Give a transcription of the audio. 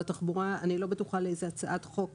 לא בטוחה לאיזה הצעת חוק